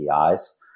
APIs